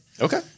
Okay